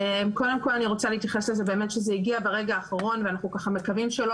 אני רוצה לומר שהנוסח הגיע ברגע האחרון ואנחנו מקווים שלא